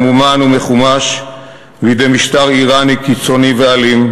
ממומן ומחומש בידי משטר איראני קיצוני ואלים,